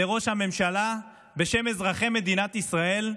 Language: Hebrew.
לראש הממשלה בשם אזרחי מדינת ישראל,